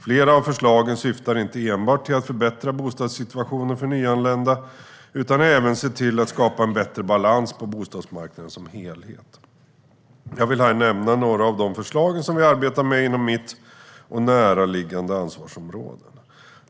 Flera av förslagen syftar inte enbart till att förbättra bostadssituationen för nyanlända utan även till att skapa en bättre balans på bostadsmarknaden som helhet. Jag vill här nämna några av de förslag som vi arbetar med inom mitt och näraliggande ansvarsområden.